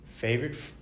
Favorite